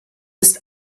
ist